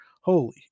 Holy